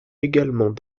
également